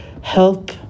help